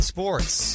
Sports